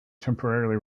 temporarily